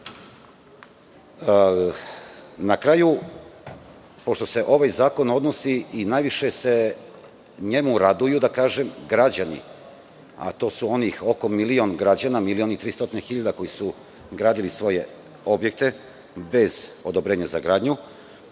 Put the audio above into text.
kraju, pošto se ovaj zakon odnosi i najviše se njemu raduju građani, a to su onih oko milion građana, 1.300.000 koji su gradili svoje objekte bez odobrenja za gradnju.